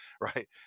Right